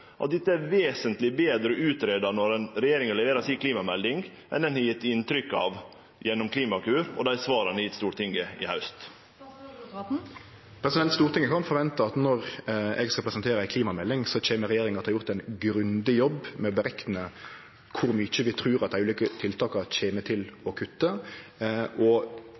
at dette vert vesentleg betre utgreidd når regjeringa leverer si klimamelding, enn ein har gjeve inntrykk av gjennom Klimakur og dei svara ein har gjeve Stortinget i haust? Stortinget kan forvente at når eg skal presentere ei klimamelding, kjem regjeringa til å ha gjort ein grundig jobb med å berekne kor mykje vi trur at vi gjennom dei ulike tiltaka kjem til å kutte, og